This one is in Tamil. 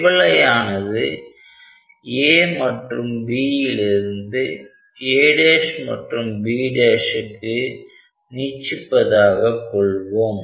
திவலையானது A மற்றும் B லிருந்து A' மற்றும் B'க்கு நீட்சிப்பதாக கொள்வோம்